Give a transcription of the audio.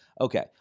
Okay